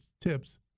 tips